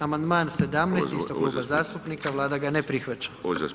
Amandman 17. istog kluba zastupnika, Vlada ga ne prihvaća.